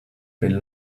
been